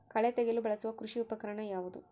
ಕಳೆ ತೆಗೆಯಲು ಬಳಸುವ ಕೃಷಿ ಉಪಕರಣ ಯಾವುದು?